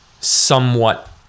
somewhat